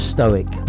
Stoic